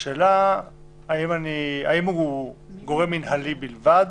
השאלה היא האם הוא גורם מנהלי בלבד